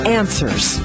answers